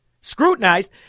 Scrutinized